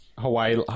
hawaii